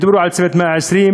דיברו על "צוות 120 הימים",